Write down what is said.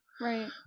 Right